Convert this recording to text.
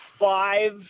five